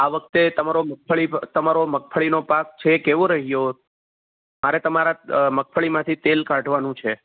આ વખતે તમારો મગફળી તમારો મગફળીનો પાક છે એ કેવો રહ્યો મારે તમારા મગફળીમાંથી તેલ કાઢવાનું છે